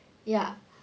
ya